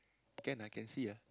can lah can see ah